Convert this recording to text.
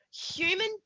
human